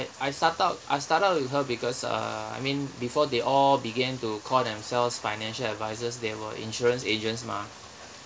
I start out I started out with her because uh I mean before they all began to call themselves financial advisors they were insurance agents mah